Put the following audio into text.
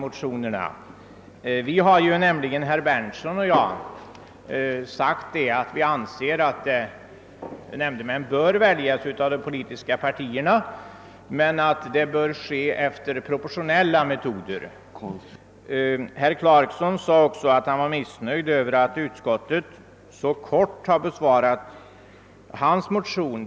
Herr Berndtsson och jag har nämligen sagt att vi anser att nämndemän bör väljas av de politiska partierna men att det bör ske efter proportionella metoder. Herr Clarkson sade också att han var missnöjd över att utskottet så kortfattat har behandlat hans motion.